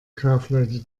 kaufleute